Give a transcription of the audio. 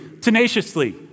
tenaciously